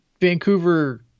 Vancouver